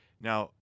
Now